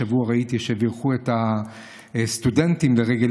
השבוע ראיתי שבירכו את הסטודנטים לרגל